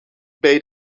bij